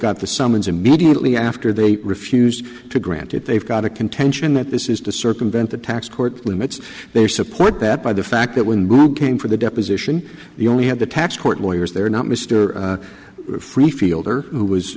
got the summons immediately after they refused to grant it they've got a contention that this is to circumvent the tax court limits their support that by the fact that when came for the deposition the only have the tax court lawyers there are not mr freeh fielder who was